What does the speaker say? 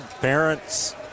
parents